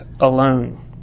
alone